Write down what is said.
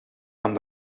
aan